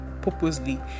purposely